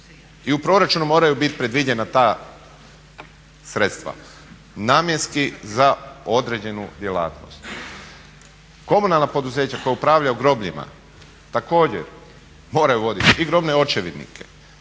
i u proračunu moraj biti predviđena ta sredstva namjenski za određenu djelatnost. Komunalna poduzeća koja upravljaju grobljima također moraju voditi i grobne očevidnike